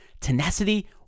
tenacity